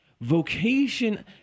vocation